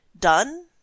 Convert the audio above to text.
done